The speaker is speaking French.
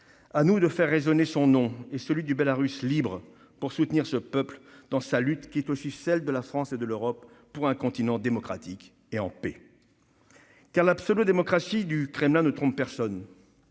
À nous de faire résonner son nom et celui du Bélarus libre pour soutenir ce peuple dans sa lutte, qui est aussi celle de la France et de l'Europe pour un continent démocratique et en paix. La pseudo-démocratie du Kremlin ne trompe personne.